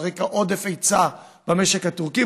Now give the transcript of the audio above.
על רקע עודף היצע במשק הטורקי,